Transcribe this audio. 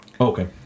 Okay